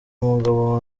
umugabo